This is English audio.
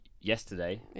yesterday